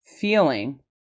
feeling